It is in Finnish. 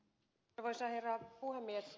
arvoisa herra puhemies